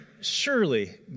Surely